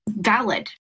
valid